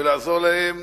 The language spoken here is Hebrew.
ולעזור להם